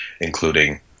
including